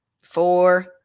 four